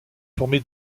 formé